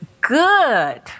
good